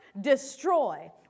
destroy